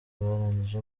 barangije